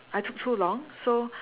I took so long so